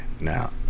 Now